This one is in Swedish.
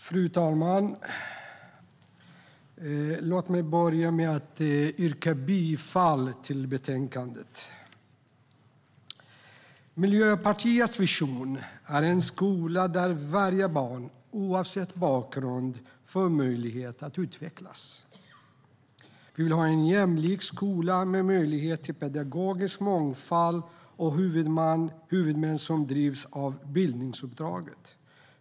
Fru talman! Låt mig börja med att yrka bifall till utskottets förslag i betänkandet. Miljöpartiets vision är en skola där varje barn, oavsett bakgrund, får möjlighet att utvecklas. Vi vill ha en jämlik skola med möjlighet till pedagogisk mångfald och huvudmän som drivs av bildningsuppdraget.